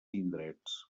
indrets